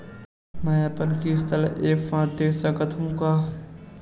मै अपन किस्त ल एक साथ दे सकत हु का?